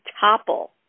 topple